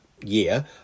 year